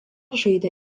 žaidė